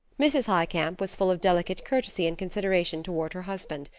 mrs. highcamp was full of delicate courtesy and consideration toward her husband.